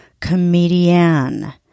comedian